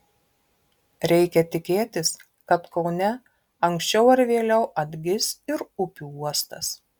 reikia tikėtis kad kaune anksčiau ar vėliau atgis ir upių uostas